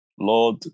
Lord